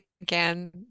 again